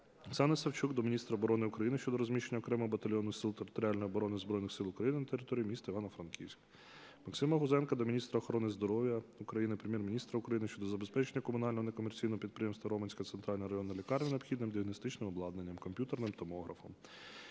Оксани Савчук до міністра оборони України щодо розміщення окремого батальйону Сил територіальної оборони Збройних Сил України на території міста Івано-Франківськ. Максима Гузенка до міністра охорони здоров'я України, Прем'єр-міністра України щодо забезпечення комунального некомерційного підприємства "Роменська центральна районна лікарня" необхідним діагностичним обладнанням - комп'ютерним томографом.